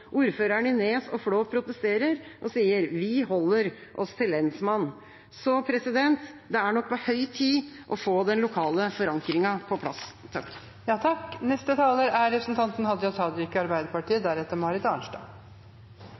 Ordførerne i Nes og Flå protesterer og sier: Vi holder oss til lensmannen. Så det er nok på høy tid å få den lokale forankringen på plass. Representanten Werp og statsråden sjølv seier at det er